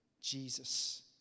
Jesus